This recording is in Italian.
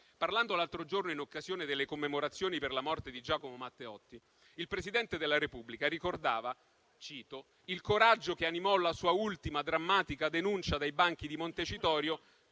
Parlando l'altro giorno, in occasione delle commemorazioni per la morte di Giacomo Matteotti, il Presidente della Repubblica ricordava che il coraggio che animò la sua ultima, drammatica denuncia dai banchi di Montecitorio